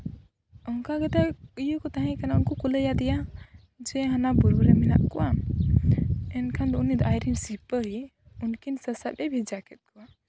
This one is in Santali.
ᱚᱱᱠᱟ ᱜᱮᱛᱟᱭ ᱤᱭᱟᱹ ᱠᱚ ᱛᱟᱦᱮᱸ ᱠᱟᱱᱟ ᱩᱱᱠᱩ ᱠᱚ ᱞᱟᱹᱭ ᱟᱫᱮᱭᱟ ᱡᱮ ᱦᱟᱱᱟ ᱵᱩᱨᱩ ᱨᱮ ᱢᱮᱱᱟᱜ ᱠᱚᱣᱟ ᱮᱱᱠᱷᱟᱱ ᱫᱚ ᱩᱱᱤ ᱫᱚ ᱟᱡ ᱨᱮᱱ ᱥᱤᱯᱟᱹᱦᱤ ᱩᱱᱠᱤᱱ ᱥᱟᱥᱟᱵᱮ ᱵᱷᱮᱡᱟ ᱠᱮᱫ ᱠᱚᱣᱟ